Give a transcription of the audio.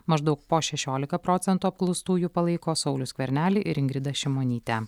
maždaug po šešiolika procentų apklaustųjų palaiko saulių skvernelį ir ingridą šimonytę